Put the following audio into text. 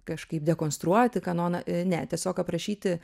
kažkaip dekonstruoti kanoną ne tiesiog aprašyti